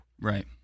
right